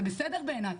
זה בסדר בעיניי.